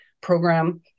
program